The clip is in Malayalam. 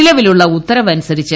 നിലവിലുള്ള ഉത്തരവ് അനുസരിച്ചു